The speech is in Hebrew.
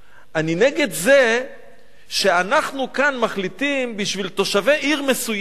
אני נגד זה שאנחנו כאן מחליטים בשביל תושבי עיר מסוימת,